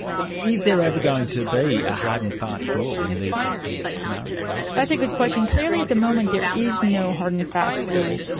there ever going to be a hard and fast rule in these sorts of scenarios? that's a good question. clearly at the moment there is no hard and fast rule.